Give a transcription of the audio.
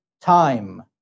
time